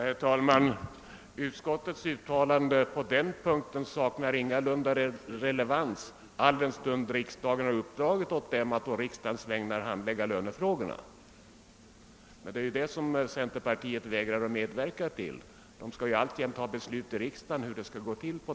Herr talman! Utskottets uttalande saknar ingalunda relevans alldenstund riksdagen har uppdragit åt lönedelegationen att å riksdagens vägnar handlägga lönefrågorna. Men här vägrar ju centerpartiet att medverka och vill alltjämt ha riksdagsbeslut om hur det skall gå till.